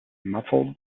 muffled